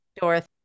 Dorothy